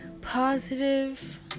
positive